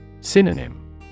Synonym